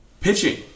Pitching